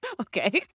okay